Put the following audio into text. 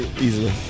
Easily